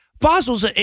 fossils